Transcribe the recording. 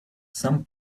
some